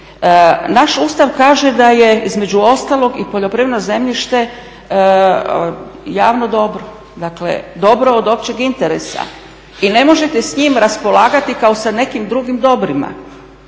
Naš Ustav kaže da je između ostalog i poljoprivredno zemljište javno dobro, dakle dobro od općeg interesa i ne možete s njim raspolagati kao sa nekim drugim dobrima.